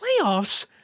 playoffs